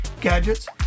gadgets